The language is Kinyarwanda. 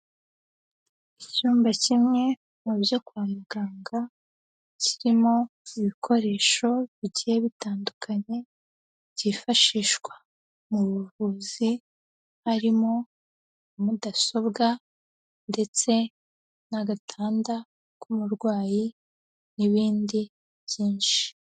Icyumba kimwe mu byo kwa muganga, kirimo ibikoresho bigiye bitandukanye, byifashishwa mu buvuzi, harimo nka mudasobwa ndetse n'agatanda k'umurwayi n'ibindi byinshi.